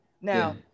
Now